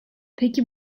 peki